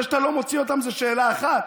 זה שאתה לא מוציא אותם זה שאלה אחת,